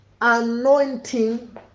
anointing